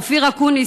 אופיר אקוניס,